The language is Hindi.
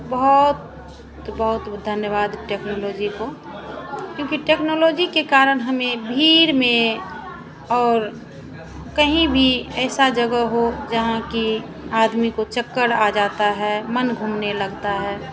बहुत बहुत धन्यवाद टेक्नोलॉजी को क्योंकि टेक्नोलॉजी के कारण हमें भीड़ में और कहीं भी ऐसी जगह हो जहाँ कि आदमी को चक्कर आ जाता है मन घूमने लगता है